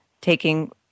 taking